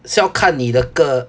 是要看你的个